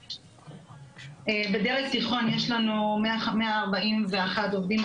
בדרג תיכון יש לנו 141 עובדים,